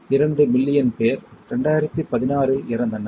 2 million பேர் 2016 இல் இறந்தனர்